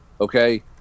okay